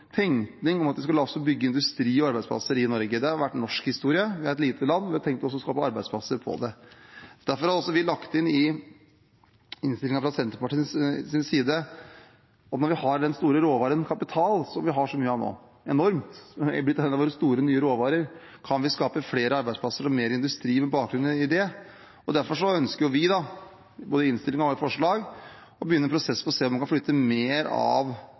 vært norsk historie. Vi er et lite land, og vi har tenkt at det skal skapes arbeidsplasser av det. Derfor har vi lagt inn i innstillingen fra Senterpartiets side at når vi har den store råvaren kapital, som vi har så mye av nå – enormt, det er blitt en av våre store nye råvarer – kan vi skape flere arbeidsplasser og mer industri med bakgrunn i det. Derfor ønsker vi i innstillingen og i forslag å begynne en prosess for å se om vi kan flytte flere av